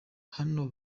hano